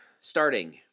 Starting